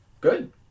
Good